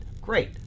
great